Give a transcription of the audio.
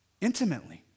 Intimately